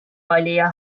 valija